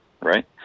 right